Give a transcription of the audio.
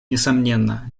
несомненно